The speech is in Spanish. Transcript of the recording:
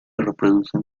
reproducen